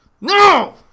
No